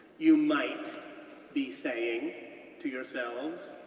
you might be saying to yourselves,